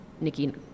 Nikki